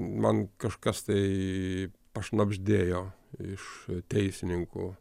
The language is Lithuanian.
man kažkas tai pašnabždėjo iš teisininkų